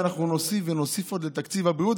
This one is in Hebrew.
ואנחנו נוסיף ונוסיף עוד לתקציב הבריאות,